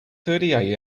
thirty